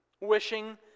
Wishing